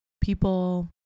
people